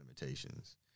limitations